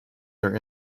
their